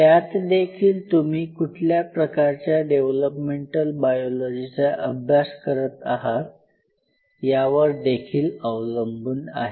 त्यात देखील तुम्ही कुठल्या प्रकारच्या डेव्हलपमेंटल बायोलॉजीचा अभ्यास करत आहात यावर देखील अवलंबून आहे